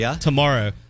tomorrow